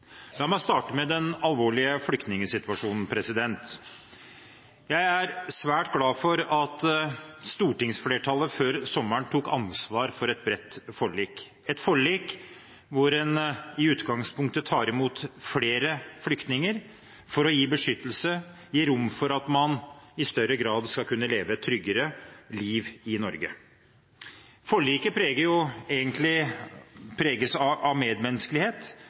La meg starte med den alvorlige flyktningsituasjonen. Jeg er svært glad for at stortingsflertallet før sommeren tok ansvar for et bredt forlik, et forlik hvor en i utgangspunktet tar imot flere flyktninger for å gi beskyttelse og å gi rom for at man i større grad skal kunne leve et tryggere liv i Norge. Forliket preges av medmenneskelighet,